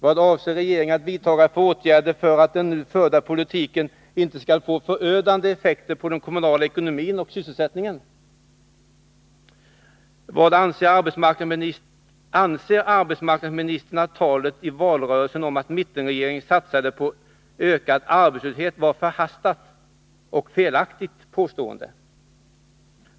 Vadavser regeringen att vidta för åtgärder för att den nu förda politiken inte skall få förödande effekter på den kommunala ekonomin och sysselsättningen? 3. Anser arbetsmarknadsministern att talet i valrörelsen om att mittenregeringen satsade på ökad arbetslöshet var förhastat och felaktigt? 4.